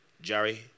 Jerry